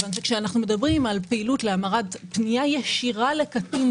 אילו היה חשש לפעילות לא חוקית מכל